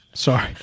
Sorry